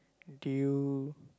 do you